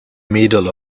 middle